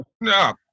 No